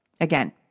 Again